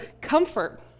comfort